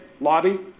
lobby